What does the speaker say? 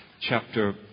chapter